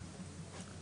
תנובה.